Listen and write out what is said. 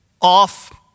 off